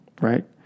right